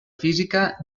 física